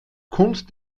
kunst